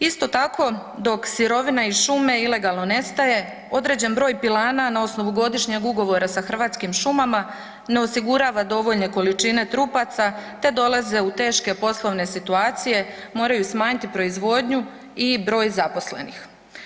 Isto tako dok sirovina iz šume ilegalno nestaje određen broj pilana na osnovu godišnjeg ugovora sa Hrvatskim šumama ne osigurava dovoljne količine trupaca te dolaze u teške poslovne situacije, moraju smanjiti proizvodnju i broj zaposlenih.